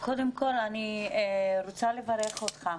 כבוד היושב-ראש, קודם כול, אני רוצה לברך אותך.